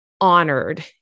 honored